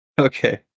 Okay